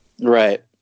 right